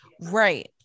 Right